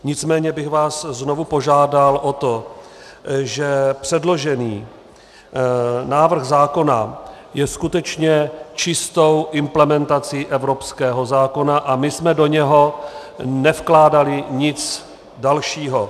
Nicméně bych vás znovu požádal, předložený návrh zákona je skutečně čistou implementací evropského zákona a my jsme do něho nevkládali nic dalšího.